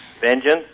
Vengeance